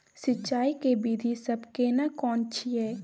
सिंचाई के विधी सब केना कोन छिये?